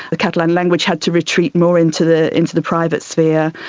the catalan language had to retreat more into the into the private sphere,